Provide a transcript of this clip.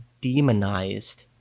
demonized